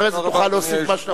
אחרי זה תוכל להוסיף מה שאתה,